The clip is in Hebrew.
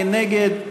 מי נגד?